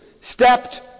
Stepped